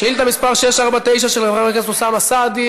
שאילתה מס' 649 של חבר הכנסת אוסאמה סעדי,